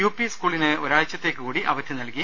U P സ്കൂളിന് ഒരാഴ്ചത്തേക്കു കൂടി അവധി നൽകി